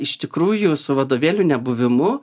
iš tikrųjų su vadovėlių nebuvimu